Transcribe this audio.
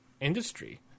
industry